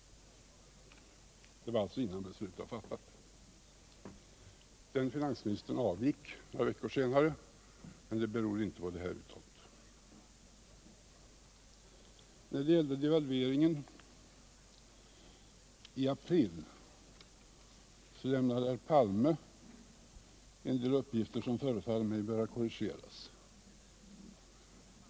Det var alltså innan beslutet hade fattats. Den finansministern avgick några veckor senare, men det berodde inte på det här uttalandet. När det gäller devalveringen i april lämnade herr Palme en del uppgifter som förefaller mig böra korrigeras.